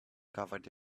covered